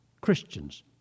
Christians